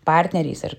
partneriais ir